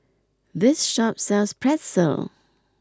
this shop sells Pretzel